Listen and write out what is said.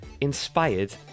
Inspired